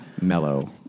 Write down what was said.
mellow